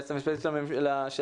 היועצת המשפטית של הוועדה,